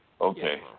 Okay